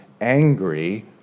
angry